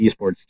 esports